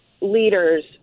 leaders